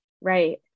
Right